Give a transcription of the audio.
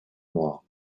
noire